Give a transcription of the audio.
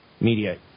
media